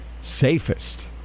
safest